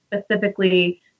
specifically